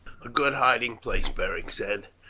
a good hiding place, beric said,